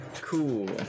cool